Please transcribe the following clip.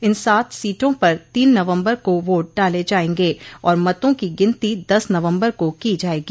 इन सात सीटों पर तीन नवम्बर को वोट डाले जायेंगे और मतों की गिनती दस नवम्बर को की जायेगी